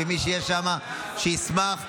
ומי שיהיה שם, שישמח.